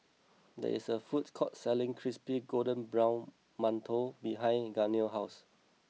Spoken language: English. there is a food court selling Crispy Golden Brown Mantou behind Gaynell's house